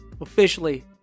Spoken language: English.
officially